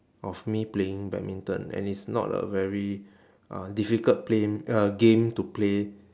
of me playing badminton and it's not a very uh difficult plane uh game to play